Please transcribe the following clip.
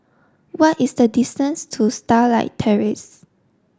what is the distance to Starlight Terrace